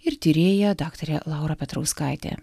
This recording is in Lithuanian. ir tyrėja daktarė laura petrauskaitė